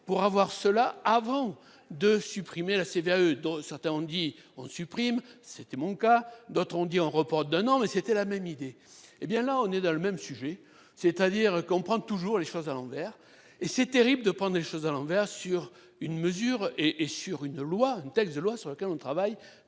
pour avoir cela avant de supprimer la CVAE dont certains ont dit, on supprime. C'était mon cas, d'autres ont dit en report d'un an mais c'était la même idée, hé bien là on est dans le même sujet, c'est-à-dire qu'on prend toujours les choses à l'envers et c'est terrible de prendre les choses à l'envers sur une mesure et et sur une loi, un texte de loi sur laquelle on travaille